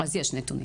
אז יש נתונים.